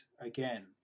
again